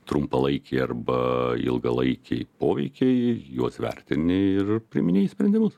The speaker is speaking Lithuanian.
trumpalaikiai arba ilgalaikiai poveikiai juos vertini ir priiminėji sprendimus